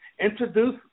introduce